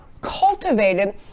cultivated